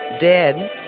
dead